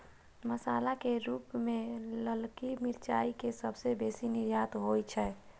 मसाला के रूप मे ललकी मिरचाइ के सबसं बेसी निर्यात होइ छै